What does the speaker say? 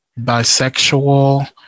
bisexual